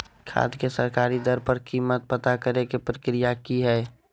खाद के सरकारी दर पर कीमत पता करे के प्रक्रिया की हय?